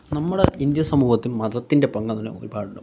നമ്മുടെ ഇന്ത്യൻ സമൂഹത്തിൽ മതത്തിൻ്റെ പങ്കെന്ന് പറഞ്ഞാൽ ഒരുപാടുണ്ട്